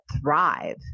thrive